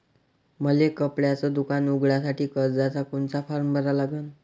मले कपड्याच दुकान उघडासाठी कर्जाचा कोनचा फारम भरा लागन?